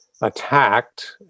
attacked